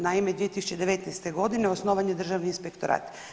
Naime, 2019. godine osnovan je Državni inspektora.